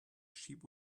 sheep